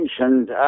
mentioned